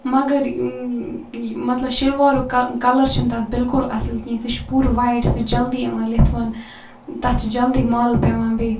مگر مَطلَب شَلوارُک کَلر چھُنہٕ تَتھ بِلکُل اَصٕل کِہیٖنۍ سُہ چھُ پوٗرٕ وایِٹ سُہ جَلدی یِوان لِتھوٕنہٕ تَتھ چھُ جَلدی مَل پیوان بیٚیہِ